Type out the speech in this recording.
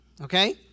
okay